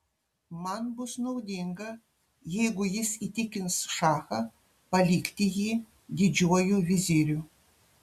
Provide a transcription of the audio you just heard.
man bus naudinga jeigu jis įtikins šachą palikti jį didžiuoju viziriu